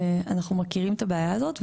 אנחנו מכירים את הבעיה הזאת.